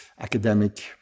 academic